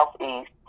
southeast